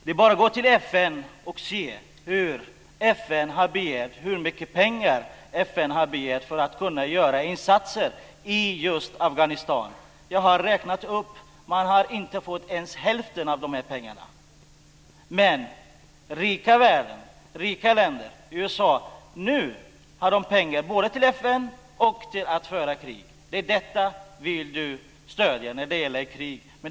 Det är bara att gå till FN och se hur mycket pengar FN har begärt för att kunna göra insatser i just Afghanistan. Jag har tidigare räknat upp detta. Man har inte fått ens hälften av de pengarna. Men nu har den rika världen och USA pengar både till FN och till att föra krig. Detta vill Carina Hägg stödja.